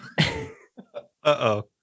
Uh-oh